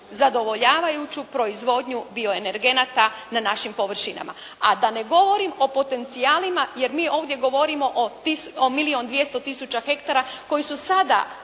zadovoljavajuću proizvodnju bioenergenata na našim površinama, a da ne govorim o potencijalima, jer mi ovdje govorimo o milijun 200 tisuća hektara koji su sada